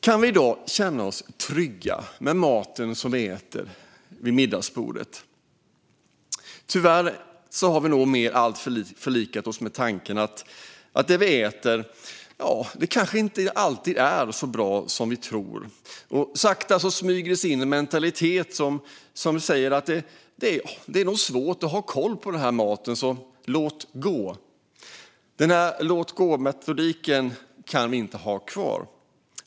Kan vi i dag känna oss trygga med maten vi äter vid middagsbordet? Tyvärr har vi nog alltmer förlikat oss med tanken att det vi äter kanske inte alltid är så bra som vi tror. Sakta smyger sig tanken in att det är svårt att ha koll på maten, så låt gå! Men låt-gå-metodiken kan vi inte ha kvar.